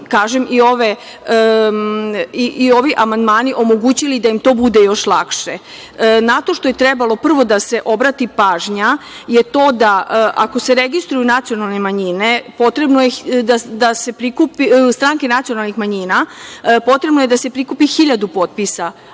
da su i ovi amandmani omogućili da im to bude još lakše. Na to što je trebalo prvo da se obrati pažnja je to da, ako se registruju u stranke nacionalnih manjina potrebno je da se prikupi hiljadu potpisa,